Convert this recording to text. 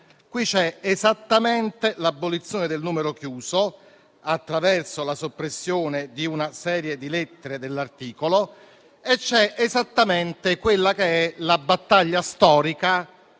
qui c'è esattamente l'abolizione del numero chiuso, attraverso la soppressione di una serie di lettere dell'articolo. E c'è esattamente quella che è la battaglia storica